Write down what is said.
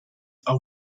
are